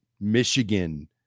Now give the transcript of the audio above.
Michigan